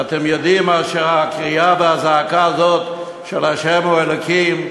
ואתם יודעים מה הקריאה והזעקה הזאת של "ה' הוא האלוקים"?